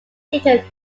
children